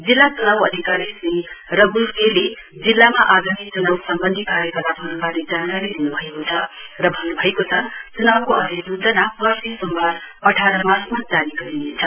जिल्ला चुनाउ अधिकारी श्री रगुल के ले जिल्लामा आगामी चुनाउ सम्बन्धी कार्यकलापहरु जानकारी दिनुभएको छ र भन्नुभएको छ अधिसुचना पर्सी सोमवार अठार मार्चमा जारी गरिनेछ